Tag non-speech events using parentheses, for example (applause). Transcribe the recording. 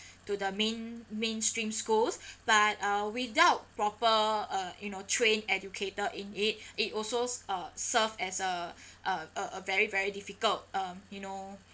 to the main~ mainstream schools (breath) but uh without proper uh you know trained educator in it it also s~ uh serve as a (breath) uh a very very difficult uh you know